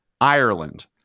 Ireland